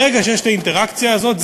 ברגע שישנה האינטראקציה הזאת,